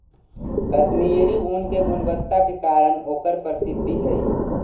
कश्मीरी ऊन के गुणवत्ता के कारण ओकर प्रसिद्धि हइ